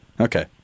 Okay